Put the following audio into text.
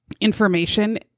information